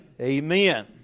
Amen